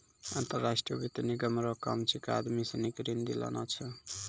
अंतर्राष्ट्रीय वित्त निगम रो काम छिकै आदमी सनी के ऋण दिलाना छै